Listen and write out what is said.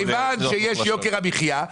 יש כאלה שטוענים שכן.